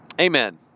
amen